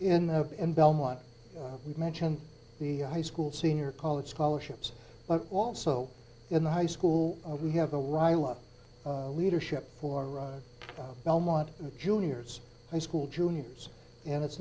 in the end belmont we've mentioned the high school senior college scholarships but also in the high school we have a rile up leadership for a belmont juniors high school juniors and it's